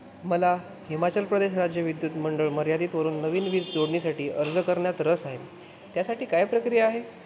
मला हिमाचल प्रदेश राज्य विद्युत मंडळ मर्यादितवरून नवीन वीज जोडणीसाठी अर्ज करण्यात रस आहे त्यासाठी काय प्रक्रिया आहे